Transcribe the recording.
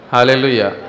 Hallelujah